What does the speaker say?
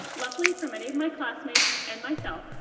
luckily for many of my classmates and myself,